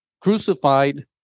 crucified